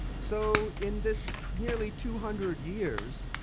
so in this nearly two hundred years,